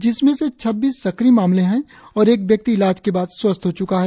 जिसमें से छब्बीस सक्रिय मामले हैं और एक व्यक्ति इलाज के बाद स्वस्थ् हो चुका है